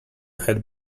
had